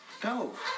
Go